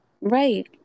Right